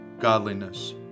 godliness